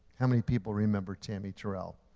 how many people remember tammy terrell?